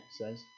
says